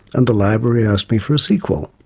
and the library asked me for a sequel,